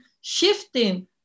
shifting